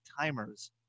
timers